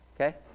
Okay